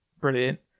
brilliant